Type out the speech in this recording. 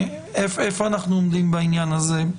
איפה אנחנו עומדים בעניין הזה?